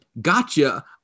gotcha